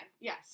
Yes